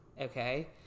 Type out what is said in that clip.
Okay